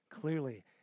Clearly